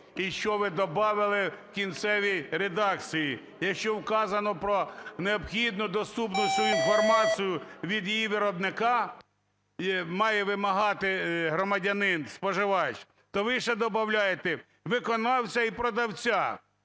і що ви добавили в кінцевій редакції, якщо вказано про необхідну доступну цю інформацію від її виробника має вимагати громадянин, споживач, то ви ще добавляєте виконавця і продавця.